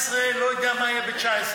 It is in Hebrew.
2019, לא יודע מה היה ב-2019.